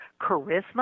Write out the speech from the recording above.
charisma